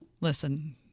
Listen